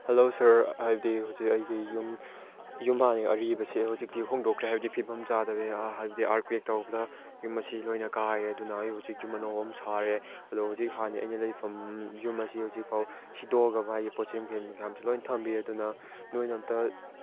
hello sir ꯍꯥꯏꯕꯗꯤ ꯍꯧꯖꯤꯛ ꯑꯩꯒꯤ ꯌꯨꯝ ꯌꯨꯝ ꯍꯥꯟꯅꯒꯤ ꯑꯔꯤꯕꯁꯤ ꯍꯧꯖꯤꯛꯇꯤ ꯍꯣꯡꯗꯣꯛꯈ꯭ꯔꯦ ꯍꯥꯏꯕꯗꯤ ꯐꯤꯕꯝ ꯆꯥꯗꯕꯩ ꯍꯥꯏꯕꯗꯤ ꯑꯥꯔꯠꯀ꯭ꯋꯦꯛ ꯇꯧꯕꯗ ꯌꯨꯝ ꯑꯁꯤ ꯂꯣꯏꯅ ꯀꯥꯏꯔꯦ ꯑꯗꯨꯅ ꯑꯩ ꯍꯧꯖꯤꯛ ꯌꯨꯝ ꯑꯅꯧꯕ ꯑꯃ ꯁꯥꯔꯦ ꯑꯗꯣ ꯍꯧꯖꯤꯛ ꯍꯥꯟꯅꯒꯤ ꯑꯩꯅ ꯂꯩꯐꯝ ꯌꯨꯝ ꯑꯁꯤ ꯍꯧꯖꯤꯛꯐꯥꯎ ꯁꯤꯗꯣꯛꯑꯒ ꯃꯥꯒꯤ ꯄꯣꯠ ꯆꯩ ꯃꯈꯩ ꯃꯌꯥꯝꯁꯤ ꯂꯣꯏꯅ ꯊꯝꯕꯤꯔꯦ ꯑꯗꯨꯅ ꯅꯣꯏꯅ ꯑꯝꯇ